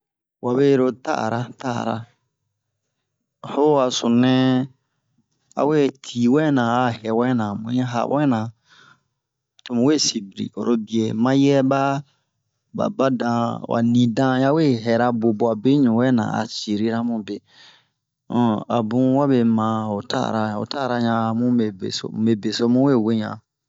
Wabe ro ta'ara ta'ara ho a sununɛ a we di wɛna a hɛ wɛna mu yi ha wɛna to mu si bri oro biɛ mayɛ ba ba badan wa nidan yawe hɛra bobu'a beɲu wɛ na a sirira mu be um a bun wabe ma ho ta'ara ho ta'ara yan a mu be beso mube beso muwe we yan